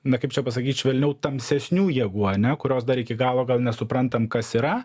na kaip čia pasakyt švelniau tamsesnių jėgų ane kurios dar iki galo gal nesuprantam kas yra